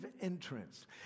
entrance